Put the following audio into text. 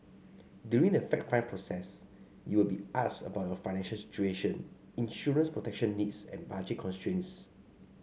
during the fact find process you will be asked about your financial situation insurance protection needs and budget constraints